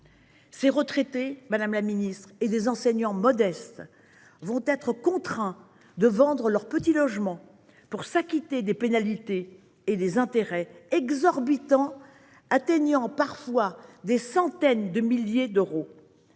Ces retraités, ces enseignants modestes, vont être contraints de vendre leur petit logement pour s’acquitter de pénalités et d’intérêts exorbitants, atteignant parfois des centaines de milliers d’euros.